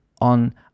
on